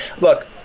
Look